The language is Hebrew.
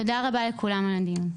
תודה רבה לכולם על הדיון.